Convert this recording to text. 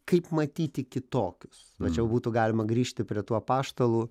kaip matyti kitokius va čia jau būtų galima grįžti prie tų apaštalų